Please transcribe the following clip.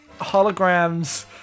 holograms